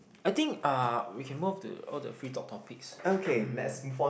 I think uh we can move to all the free talk topics hmm